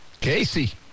Casey